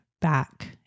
back